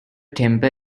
temper